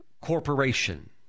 corporation